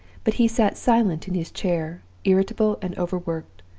but he sat silent in his chair, irritable and overworked,